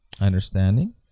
understanding